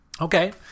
Okay